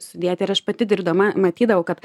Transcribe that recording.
sudėti ir aš pati dirbdama matydavau kad